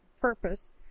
purpose